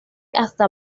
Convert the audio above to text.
hasta